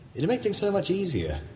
it'd make things so much easier.